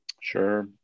Sure